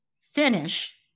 finish